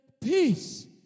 peace